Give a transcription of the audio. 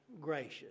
gracious